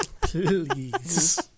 Please